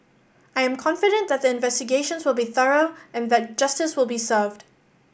I am confident that the investigations will be thorough and that justice will be served